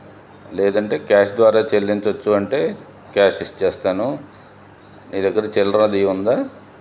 లేదంటే క్యాష్ ద్వారా చెల్లించవచ్చు అంటే క్యాష్ ఇచ్చేస్తాను నీ దగ్గర చిల్లర అది ఉందా